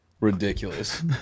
ridiculous